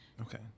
Okay